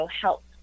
help